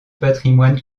patrimoine